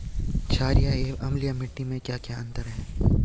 छारीय एवं अम्लीय मिट्टी में क्या क्या अंतर हैं?